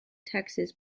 texas